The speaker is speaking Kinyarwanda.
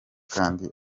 kandi